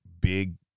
big